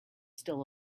still